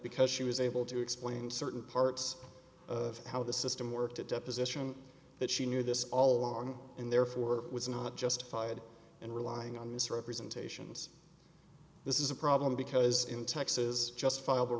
because she was able to explain certain parts of how the system worked at deposition that she knew this all along and therefore was not justified in relying on misrepresentations this is a problem because in texas justifiable